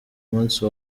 munsi